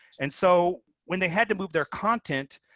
and so when they had to move their content,